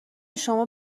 شما